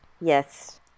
Yes